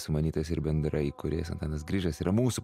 sumanytojas ir bendraįkūrėjas antanas grižas yra mūsų